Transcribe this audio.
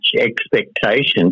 expectations